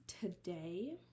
today